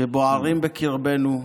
שבוערים בקרבנו,